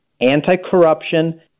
anti-corruption